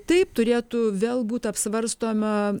taip turėtų vėl būt apsvarstoma